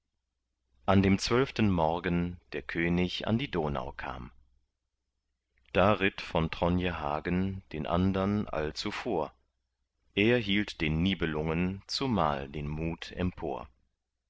an dem zwölften morgen der könig an die donau kam da ritt von tronje hagen den andern all zuvor er hielt den nibelungen zumal den mut empor